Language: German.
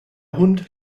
hund